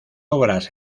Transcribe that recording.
obras